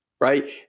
right